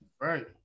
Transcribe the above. Right